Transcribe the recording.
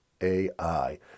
ai